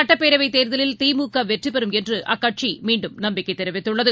சட்ப்பேரவைத் தேர்தலில் திமுகவெற்றிபெறும் என்றுஅக்கட்சிமீண்டும் நம்பிக்கைதெரிவித்துள்ளது